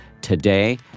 today